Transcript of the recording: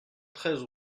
treize